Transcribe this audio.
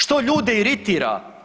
Što ljude iritira?